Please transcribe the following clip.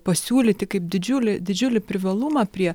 pasiūlyti kaip didžiulį didžiulį privalumą prie